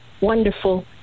wonderful